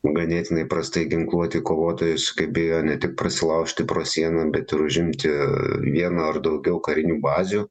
ganėtinai prastai ginkluoti kovotojai sugebėjo ne tik prasilaužti pro sieną bet ir užimti vieną ar daugiau karinių bazių